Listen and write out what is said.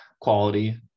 quality